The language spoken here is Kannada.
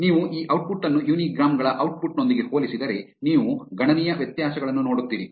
ನೀವು ಈ ಔಟ್ಪುಟ್ ಅನ್ನು ಯುನಿ ಗ್ರಾಂ ಗಳ ಔಟ್ಪುಟ್ ನೊಂದಿಗೆ ಹೋಲಿಸಿದರೆ ನೀವು ಗಣನೀಯ ವ್ಯತ್ಯಾಸಗಳನ್ನು ನೋಡುತ್ತೀರಿ